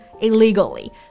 illegally